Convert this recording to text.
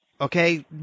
okay